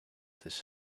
this